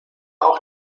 auch